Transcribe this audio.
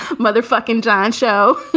motherfuckin john show.